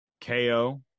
KO